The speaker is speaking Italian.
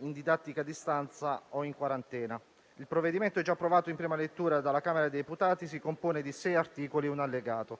in didattica a distanza o in quarantena. Il provvedimento, già approvato in prima lettura dalla Camera dei deputati, si compone di 6 articoli e un allegato.